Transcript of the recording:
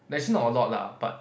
actually not a lot lah but